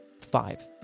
Five